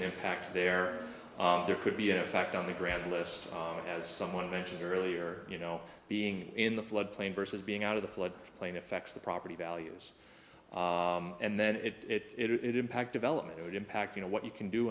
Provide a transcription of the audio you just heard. an impact there are there could be a fact on the ground list as someone mentioned earlier you know being in the floodplain versus being out of the flood plain affects the property values and then it impact development it would impact you know what you can do